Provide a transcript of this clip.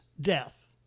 death